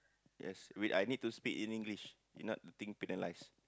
yes wait I need to speak in English if not the thing penalise